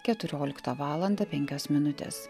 keturioliktą valandą penkios minutės